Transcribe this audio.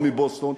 או מבוסטון,